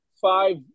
five